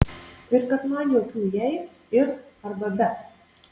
ir kad man jokių jei ir arba bet